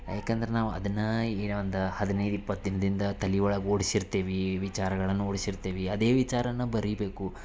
ಏಕಂದರೆ ನಾವು ಅದನ್ನು ಈಗ ಒಂದು ಹದಿನೈದು ಇಪ್ಪತ್ತು ದಿನದಿಂದ ತಲಿಯೊಳಗೆ ಓಡಿಸಿರ್ತೀವಿ ವಿಚಾರಗಳನ್ನು ಓಡಿಸಿರ್ತೀವಿ ಅದೇ ವಿಚಾರನ ಬರಿಬೇಕು